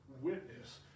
witness